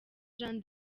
jean